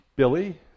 Billy